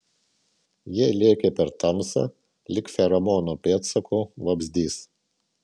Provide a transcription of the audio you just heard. ji lėkė per tamsą lyg feromono pėdsaku vabzdys